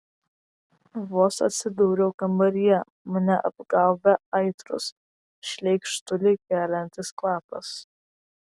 vos atsidūriau kambaryje mane apgaubė aitrus šleikštulį keliantis kvapas